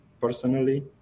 personally